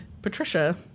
Patricia